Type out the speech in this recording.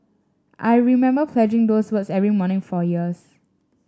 I remember pledging those words every morning for years